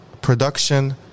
production